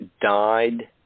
died